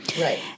Right